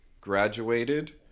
graduated